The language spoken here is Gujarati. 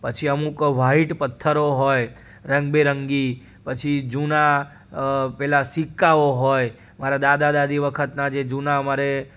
પછી અમુક વ્હાઇટ પથ્થરો હોય રંગબેરંગી પછી જૂના પેલા સિક્કાઓ હોય મારા દાદા દાદી વખતનાં જે જૂના અમારે